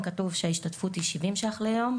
התשפ"ב-2022.